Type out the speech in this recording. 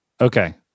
Okay